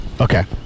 okay